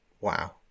Wow